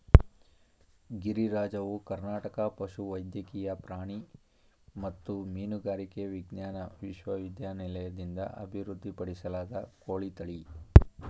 ಗಿರಿರಾಜವು ಕರ್ನಾಟಕ ಪಶುವೈದ್ಯಕೀಯ ಪ್ರಾಣಿ ಮತ್ತು ಮೀನುಗಾರಿಕೆ ವಿಜ್ಞಾನ ವಿಶ್ವವಿದ್ಯಾಲಯದಿಂದ ಅಭಿವೃದ್ಧಿಪಡಿಸಲಾದ ಕೋಳಿ ತಳಿ